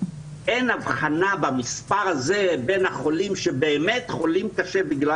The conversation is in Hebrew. אין הבחנה במספר הזה בין החולים שבאמת חולים קשה בגלל